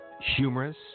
humorous